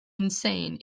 insane